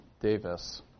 Davis